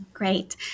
Great